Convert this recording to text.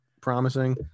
promising